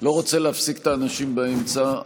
לא רוצה להפסיק את האנשים באמצע,